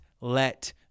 let